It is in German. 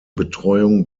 betreuung